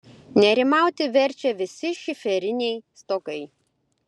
nerimauti verčia visi šiferiniai stogai